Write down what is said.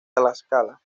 tlaxcala